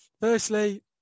Firstly